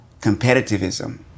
competitivism